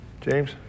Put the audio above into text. James